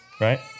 right